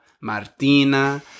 Martina